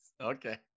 Okay